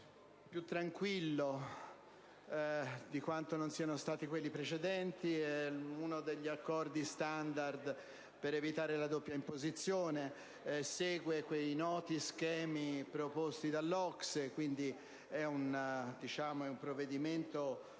più tranquillo di quanto non lo siano stati quelli precedenti. Si tratta di uno degli accordi standard per evitare la doppia imposizione e segue quei noti schemi proposti dall'OCSE: è un provvedimento